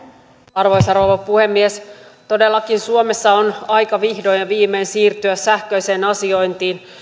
arvoisa rouva puhemies todellakin suomessa on aika vihdoin ja viimein siirtyä sähköiseen asiointiin